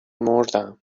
مردم